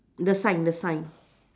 the sign the sign